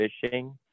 fishing